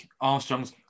Armstrong's